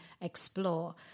explore